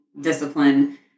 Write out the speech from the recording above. discipline